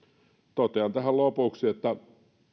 totean tähän lopuksi että